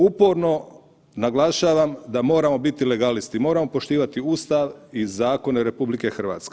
Uporno naglašavam da moramo biti legalisti, moramo poštivati Ustav i zakon RH.